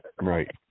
Right